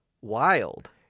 Wild